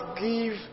give